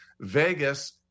Vegas